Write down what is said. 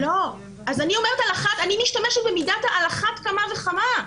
אני משתמשת במידת העל אחת כמה וכמה.